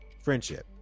friendship